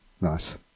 Nice